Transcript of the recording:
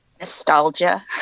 Nostalgia